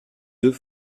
deux